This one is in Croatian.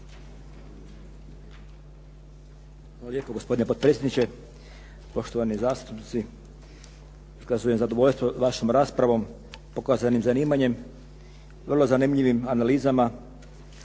Hvala lijepo gospodine potpredsjedniče, poštovani zastupnici. Pokazujem zadovoljstvo vašom raspravom, pokazanim zanimanjem, vrlo zanimljivim analizama